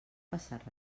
passar